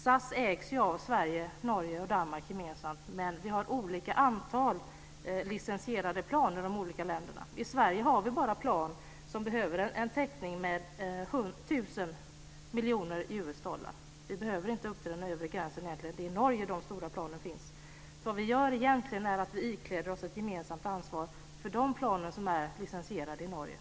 SAS ägs ju av Sverige, Norge och Danmark gemensamt, men vi har olika antal licensierade plan i de olika länderna. I Sverige har vi bara plan som behöver en täckning med 1 000 miljoner US dollar. Vi behöver inte gå upp till den övre gränsen, utan det är i Norge som de stora planen finns. Vad vi egentligen gör är att vi ikläder oss ett gemensamt ansvar för de plan som är licensierade i Norge.